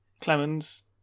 Clemens